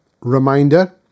reminder